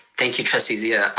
thank you, trustee zia,